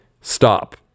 Stop